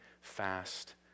fast